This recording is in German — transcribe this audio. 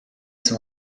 zum